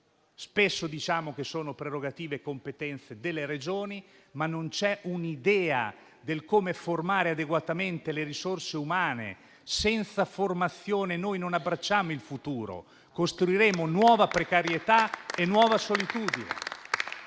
Spesso diciamo che sono prerogative e competenze delle Regioni, ma non c'è un'idea del come formare adeguatamente le risorse umane. Senza formazione noi non abbracciamo il futuro. Costruiremo nuova precarietà e nuova solitudine.